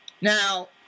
Now